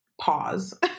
pause